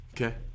Okay